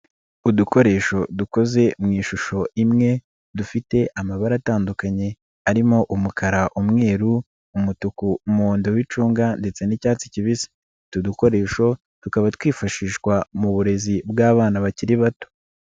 Udukoresho dukoze mu ishusho imwe dufite amabara atandukanye arimo: umukara, umweru, umutuku, umuhondo w'icunga ndetse n'icyatsi kibisi, utu dukoresho tukaba twifashishwa mu burezi bw'abana bakiri bato.